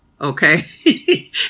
Okay